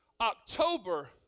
October